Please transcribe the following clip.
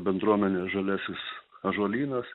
bendruomenė žaliasis ąžuolynas